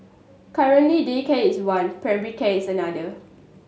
currently daycare is one primary care is another